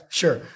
sure